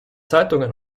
zeitung